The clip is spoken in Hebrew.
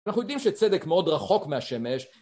אנחנו יודעים שצדק מאוד רחוק מהשמש.